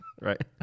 Right